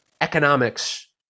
economics